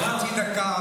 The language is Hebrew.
חצי דקה,